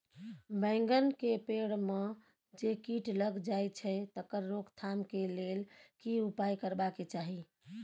बैंगन के पेड़ म जे कीट लग जाय छै तकर रोक थाम के लेल की उपाय करबा के चाही?